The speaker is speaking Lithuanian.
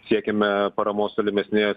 siekiame paramos tolimesnės